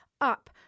up